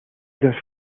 dos